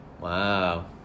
Wow